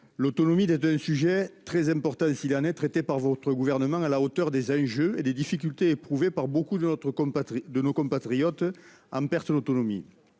l'autonomie, question très importante s'il en est, n'est traitée par votre gouvernement à la hauteur des enjeux ni des difficultés rencontrées par beaucoup de nos compatriotes en perte d'autonomie.